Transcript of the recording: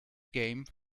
game